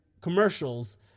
commercials